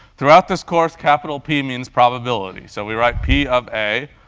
throughout this course, capital p means probability, so we write p of a,